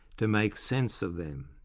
to make sense of them.